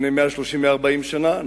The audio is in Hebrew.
לפני 130 140 שנה,